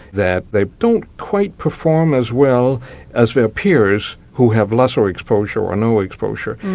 that they don't quite perform as well as their peers who have lesser exposure or no exposure.